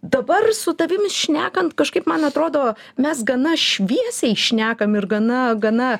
dabar su tavimi šnekant kažkaip man atrodo mes gana šviesiai šnekam ir gana gana